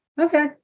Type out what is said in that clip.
okay